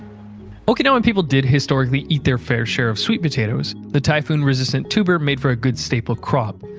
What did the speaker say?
okinawan people did historically eat their fair share of sweet potatoes the typhoon resistant tuber made for a good staple crop.